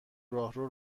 راهرو